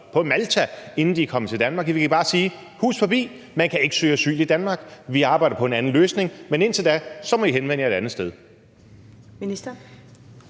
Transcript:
på Malta, inden de er kommet til Danmark, vi kan bare sige: Hus forbi – man kan ikke søge asyl i Danmark; vi arbejder på en anden løsning, men indtil da må I henvende jer et andet sted. Kl.